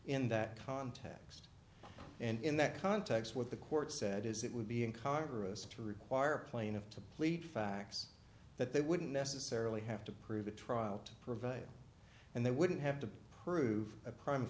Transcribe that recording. in that context and in that context what the court said is it would be in congress to require a plaintiff to plead facts that they wouldn't necessarily have to prove a trial to prevail and they wouldn't have to prove a prim